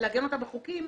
לעגן אותה בחוקים,